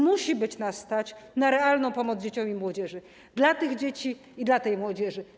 Musi być nas stać na realną pomoc dzieciom i młodzieży, dla tych dzieci i dla tej młodzieży.